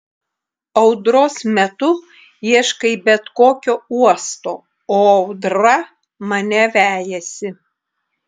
audros metu ieškai bet kokio uosto o audra mane vejasi